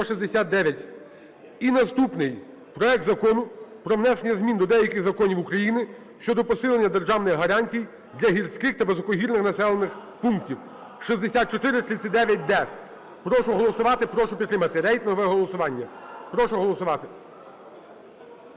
І наступний. Проект Закону про внесення змін до деяких законів України щодо посилення державних гарантій для гірських та високогірних населених пунктів, 6439-д. Прошу голосувати, прошу підтримати, рейтингове голосування. Прошу голосувати.